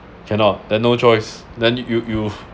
cannot then no choice then you you've